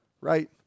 right